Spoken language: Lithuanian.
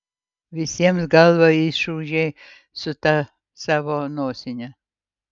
visiems galvą išūžei su ta savo nosine